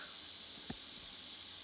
so